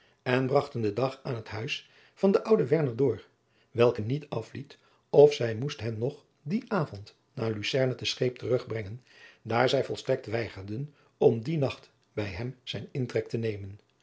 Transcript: en bragten den dag aan het huis van den onden werner door welke niet afliet of hij moest hen nog dien avond naar lucerne te scheep terugbrengen daar zij volstrekt weigerden om dien nacht bij hem zijn intrek te nemen